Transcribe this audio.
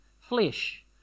flesh